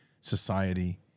society